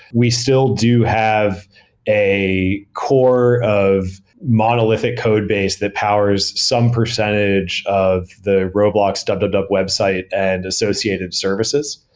we still do have a core of monolithic codebase that powers some percentage of the roblox www website and associated services.